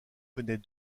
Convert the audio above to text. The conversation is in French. connaît